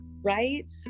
Right